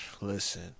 Listen